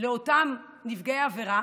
לאותם נפגעי עבירה